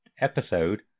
episode